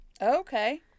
Okay